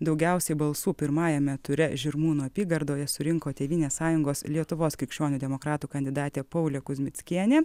daugiausiai balsų pirmajame ture žirmūnų apygardoje surinko tėvynės sąjungos lietuvos krikščionių demokratų kandidatė paulė kuzmickienė